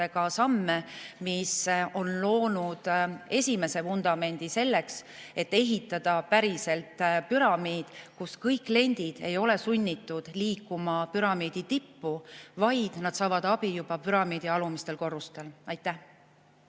samme, mis on loonud esimese vundamendi selleks, et ehitada päriselt püramiid, kus kõik kliendid ei ole sunnitud liikuma püramiidi tippu, vaid nad saavad abi juba püramiidi alumistel korrustel. Suur